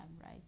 right